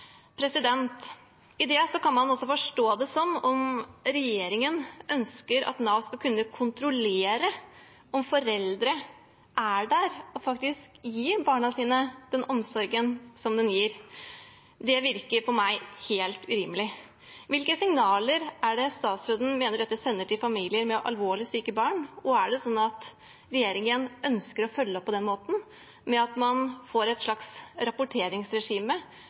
det kan man forstå det sånn at regjeringen ønsker at Nav skal kunne kontrollere om foreldrene er der og faktisk gir barna sine denne omsorgen. Det virker på meg helt urimelig. Hvilke signaler mener statsråden dette sender til familier med alvorlig syke barn? Er det sånn at regjeringen ønsker å følge opp på den måten, ved at man får et slags rapporteringsregime